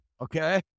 Okay